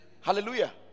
Hallelujah